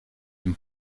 dem